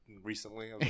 recently